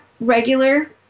regular